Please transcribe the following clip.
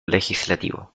legislativo